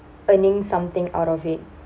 earning something out of it